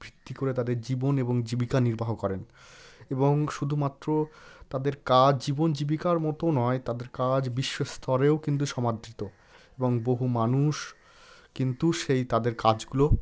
ভিত্তি করে তাদের জীবন এবং জীবিকা নির্বাহ করেন এবং শুধুমাত্র তাদের কাজ জীবন জীবিকার মতো নয় তাদের কাজ বিশ্বস্তরেও কিন্তু সমাদৃত এবং বহু মানুষ কিন্তু সেই তাদের কাজগুলো